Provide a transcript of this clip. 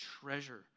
treasure